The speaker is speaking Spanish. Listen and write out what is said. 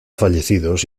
fallecidos